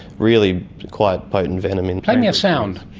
really quite potent venom. and play me a sound.